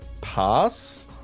pass